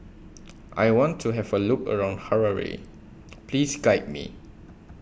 I want to Have A Look around Harare Please Guide Me